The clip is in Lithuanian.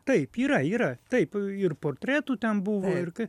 taip yra yra taip ir portretų ten buvo ir ka